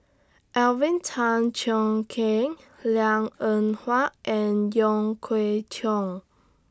Alvin Tan Cheong Kheng Liang Eng Hwa and Wong Kwei Cheong